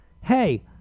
hey